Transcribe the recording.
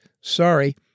sorry